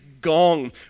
gong